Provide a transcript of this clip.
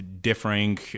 differing